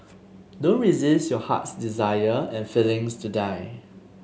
don't resist your heart's desire and feelings to die